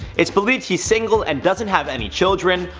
it's believed he's single and doesn't have any children,